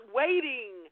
waiting